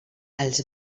els